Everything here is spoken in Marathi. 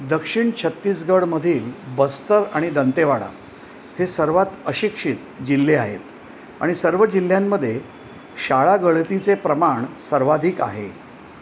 दक्षिण छत्तीसगडमधील बस्तर आणि दंतेवाडा हे सर्वात अशिक्षित जिल्हे आहेत आणि सर्व जिल्ह्यांमध्ये शाळागळतीचे प्रमाण सर्वाधिक आहे